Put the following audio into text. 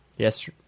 Yes